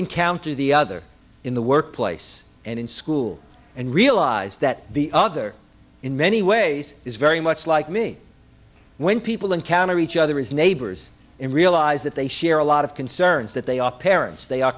encounter the other in the workplace and in school and realize that the other in many ways is very much like me when people encounter each other as neighbors and realize that they share a lot of concerns that they are parents they are